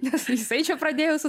nes jisai čia pradėjo su